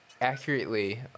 accurately